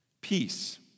peace